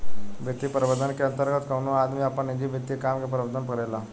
वित्तीय प्रबंधन के अंतर्गत कवनो आदमी आपन निजी वित्तीय काम के प्रबंधन करेला